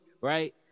right